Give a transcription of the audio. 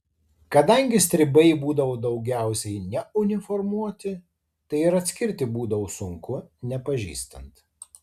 kadangi stribai būdavo daugiausiai neuniformuoti tai ir atskirti būdavo sunku nepažįstant